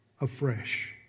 afresh